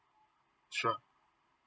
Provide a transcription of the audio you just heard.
sure